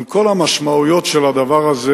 עם כל המשמעויות של הדבר הזה,